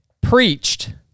preached